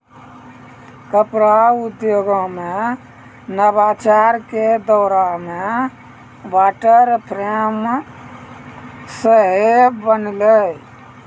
कपड़ा उद्योगो मे नवाचार के दौरो मे वाटर फ्रेम सेहो बनलै